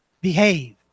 Behave